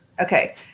Okay